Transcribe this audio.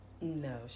No